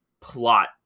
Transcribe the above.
plot